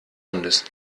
hundes